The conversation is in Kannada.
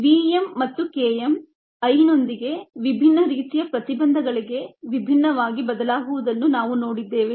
V m ಮತ್ತು K m I ನೊಂದಿಗೆ ವಿಭಿನ್ನ ರೀತಿಯ ಪ್ರತಿಬಂಧಗಳಿಗೆ ವಿಭಿನ್ನವಾಗಿ ಬದಲಾಗುವುದನ್ನು ನಾವು ನೋಡಿದ್ದೇವೆ